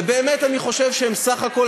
ובאמת אני חושב שהם בסך הכול,